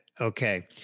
Okay